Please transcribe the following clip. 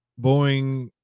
Boeing